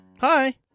Hi